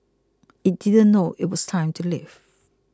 it didn't know it was time to leave